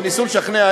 וניסו לשכנע,